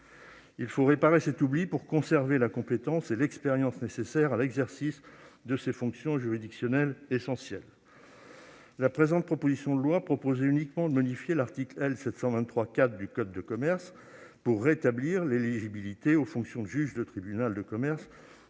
Il faut réparer cet oubli pour conserver la compétence et l'expérience nécessaires à l'exercice de ces fonctions juridictionnelles essentielles. La présente proposition de loi proposait uniquement de modifier l'article L. 723-4 du code de commerce pour rétablir l'éligibilité aux fonctions de juge de tribunal de commerce